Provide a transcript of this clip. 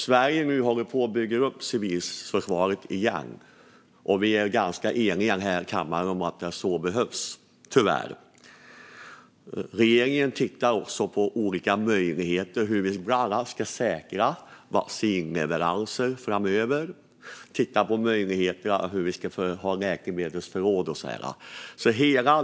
Sverige håller nu på att bygga upp civilförsvaret igen, och vi är eniga i kammaren om att det behövs - tyvärr. Regeringen tittar också på olika möjligheter för hur vi kan säkra vaccinleveranser framöver. Vidare tittar regeringen på läkemedelsförråd och så vidare.